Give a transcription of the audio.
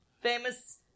Famous